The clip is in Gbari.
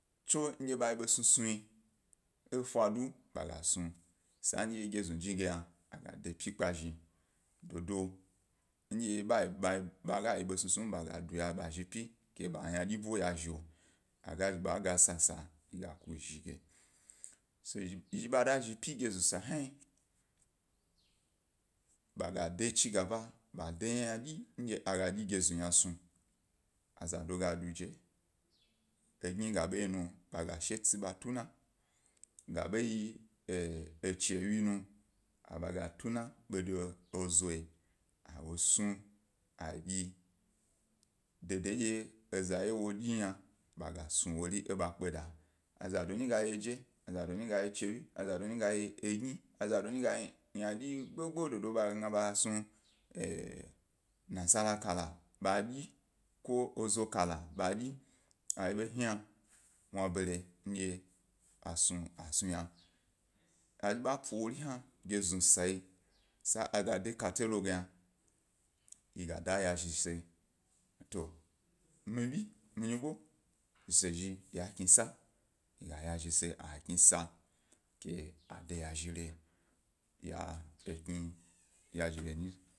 Tso ndye ḃa yi ḃe snusnu, efa do ḃe gas nu san dye geznujni ge yna a ga de epyi kpe zhi, dodo ndye, bag a yi besnusnu yi be ga duya ḃalo pyi ke ba ynadyi bwo yazho a ga zhi ḃa ga sasa gig a ku zhi ge. Yi zhi ḃa da zhi pyi genznu sa hnayi, ḃade bedyi ḃa snu ynadyi ndye a ga dyi geznu ynasnu, azado ga do eje, egni ga ḃayi nu ḃa ga she etsi ḃa tuna, ga ba yi e chi wye nu, ḃaga tuna bedo ezoyi, awo snu adyi, dede ndye eza, ye wo dyi yna bag a snu wori eba kpe da, azado nyi ga yi eje, a zado gayi egni, a zado nyi chiwye, azado nyi ynadyi gbo-gbo, do do ndye bag a gna be gas nu yna. E e, nasara kala, ko ezo kala ḃa ga gna bag a dyi, ba hna mwabare ndye a snug a snu yna. A zhi ḃa pawo ri hnja geznu sayi sandye a ga de kate lo ge yna, yi ga da ya zhi se, to mi bi, mi nyigo se zhi ya knisa, yi ga yazhi se ya eknisa, kea de yazhire, ya kni yazhire nyi